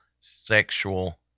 sexual